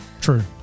true